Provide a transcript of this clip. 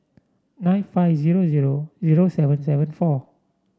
nine five zero zero zero seven seven four